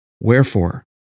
Wherefore